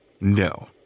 No